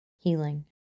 Healing